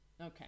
Okay